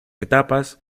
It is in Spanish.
etapas